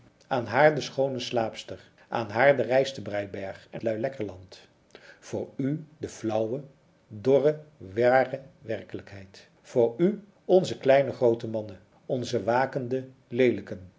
aan haar de schoone slaapster aan haar de rijstebrij berg en luilekkerland voor u de flauwe dorre ware werkelijkheid voor u onze kleine groote mannen onze wakende leelijken